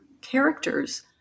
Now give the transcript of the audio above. characters